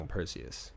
Perseus，